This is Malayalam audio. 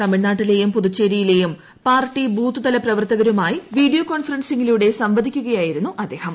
തമിഴ്നാട്ടിലെയും പുതുച്ചേരിയിലെയും പാർട്ടി ബൂത്ത് തല പ്രവർത്തകരുമായി വീഡിയോ കോൺഫറൻസിങ്ങിലൂടെ സംവദിക്കുകയായിരുന്നു അദ്ദേഹം